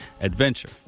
adventure